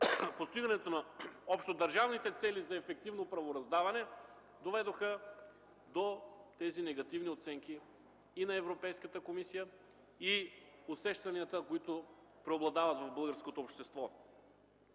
постигането на общодържавните цели за ефективно правораздаване, доведоха до тези негативни оценки и на Европейската комисия, и усещанията, които преобладават в българското общество.